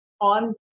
on